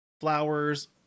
flowers